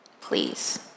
please